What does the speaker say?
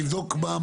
תבדוק מה?